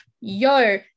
yo